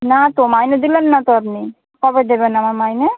না তো মাইনে দিলেন না তো আপনি কবে দেবেন আমার মাইনে